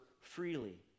freely